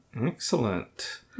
Excellent